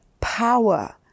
power